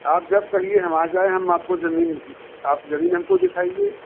आप जब कहिए हम आ जाएं हम आपको ज़मीन आप ज़मीन हम को दिखाइए